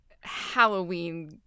Halloween